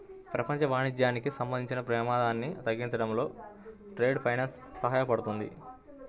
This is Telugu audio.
ప్రపంచ వాణిజ్యానికి సంబంధించిన ప్రమాదాన్ని తగ్గించడంలో ట్రేడ్ ఫైనాన్స్ సహాయపడుతుంది